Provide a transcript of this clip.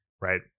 right